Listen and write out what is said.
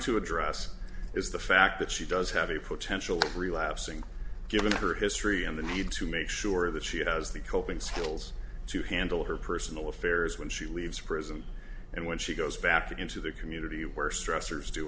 to address is the fact that she does have a potential relapsing given her history and the need to make sure that she has the coping skills to handle her personal affairs when she leaves prison and when she goes back into the community where stressors do